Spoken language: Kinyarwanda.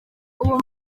ubu